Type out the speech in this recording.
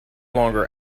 longer